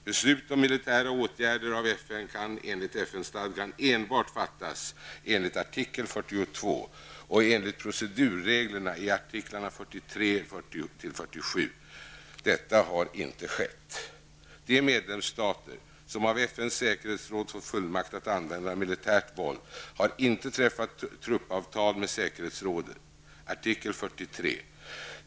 Beslut om militära åtgärder av FN kan enligt FN stadgan enbart fattas enligt artikel 42 och enligt procedurreglerna i artiklarna 43--47. Detta har inte skett. De medlemsstater som av FNs säkerhetsråd fått fullmakt att använda militärt våld har inte träffat truppavtal med säkerhetsrådet, artikel 43.